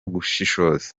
gushishoza